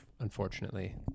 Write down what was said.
unfortunately